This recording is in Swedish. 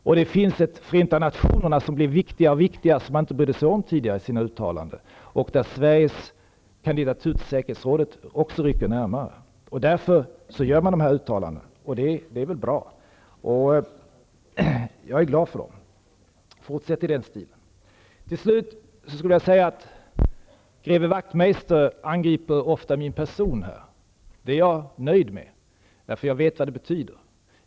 Och det finns ett Förenta nationerna som blir viktigare och viktigare och som man inte brydde sig om tidigare i sina uttalanden, och där Sveriges kanditatur till säkerhetsrådet också rycker närmare. Därför gör regeringen dessa uttalanden, och det är väl bra, och jag är glad för dem. Fortsätt i den stilen! Till slut vill jag säga att greve Wachtmeister här ofta angriper min person. Det är jag nöjd med, eftersom jag vet vad det betyder.